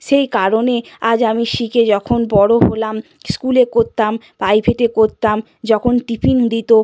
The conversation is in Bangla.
সেই কারণে আজ আমি শিখে যখন বড় হলাম স্কুলে করতাম প্রাইভেটে করতাম যখন টিফিন দিত